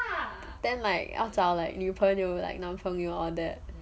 then like want 找女朋友男朋友 all that